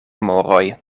moroj